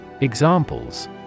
Examples